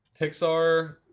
Pixar